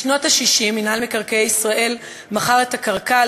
בשנות ה-60 מכר מינהל מקרקעי ישראל את הקרקע,